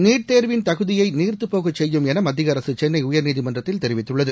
NEET தேர்வின் தகுதியை நீர்த்துப்போக செய்யும் என மத்திய அரசு சென்னை உயர்நீதிமன்றத்தில் தெரிவித்துள்ளது